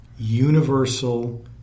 universal